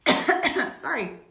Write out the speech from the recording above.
Sorry